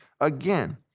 again—